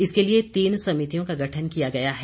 इसके लिए तीन समितियों का गठन किया गया है